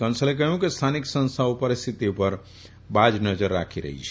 કંસલે કહ્યું કે સ્થાનિક સંસ્થાઓ પરિહ્સ્થતિ ઉપર બાજ નજર રાખી રહી છે